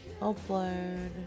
upload